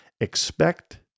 expect